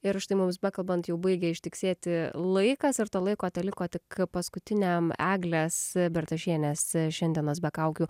ir štai mums bekalbant jau baigia ištiksėti laikas ir to laiko teliko tik paskutiniam eglės bertašienės šiandienos be kaukių